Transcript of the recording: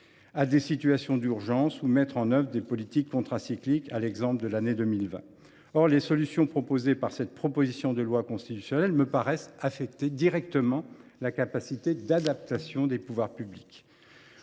à des situations d’urgence ou mettre en œuvre des politiques contracycliques, comme durant l’année 2020. Les solutions proposées dans cette proposition de loi constitutionnelle me paraissent affecter directement la capacité d’adaptation des pouvoirs publics.